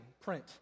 Print